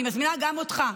אני מזמינה גם אותך,